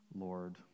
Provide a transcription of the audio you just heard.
Lord